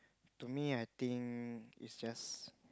to me I think it's just